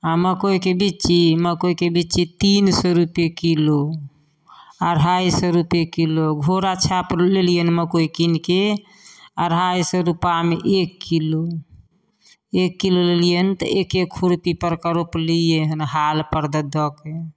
आओर मकइके बिच्ची मकइके बिच्ची तीन सओ रुपैए किलो अढ़ाइ सओ रुपैए किलो घोड़ाछाप लेलिअनि मकइ कीनिके अढ़ाइ सओ रुपैआमे एक किलो एक किलो लेलिअनि तऽ एक एक खुरपीपरके रोपलिए हँ हालपर दऽ दऽके